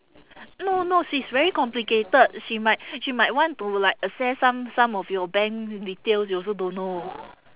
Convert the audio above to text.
no no she's very complicated she might she might want to like access some some of your bank details you also don't know